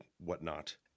whatnot